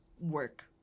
work